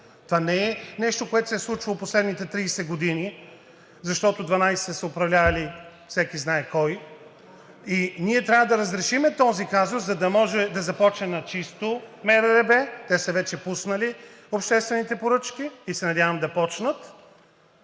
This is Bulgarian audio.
това не е нещо, което се е случвало в последните 30 години, защото 12 години са управлявали – всеки знае кой. Ние трябва да разрешим този казус, за да може да започне начисто МРРБ – те вече са пуснали обществените поръчки, и се надявам да почнат.